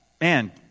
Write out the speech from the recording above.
man